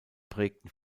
prägten